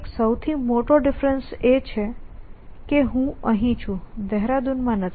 એક સૌથી મોટો ડિફરેન્સ એ છે કે હું અહીં છું હું દહેરાદૂન માં નથી